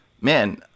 man